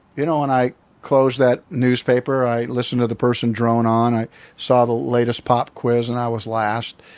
you know and i closed that newspaper i listened to the person drone on. i saw the latest pop quiz and i was last.